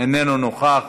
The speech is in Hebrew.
איננו נוכח.